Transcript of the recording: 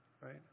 right